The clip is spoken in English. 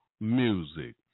music